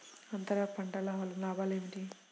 అంతర పంటల వలన లాభాలు ఏమిటి?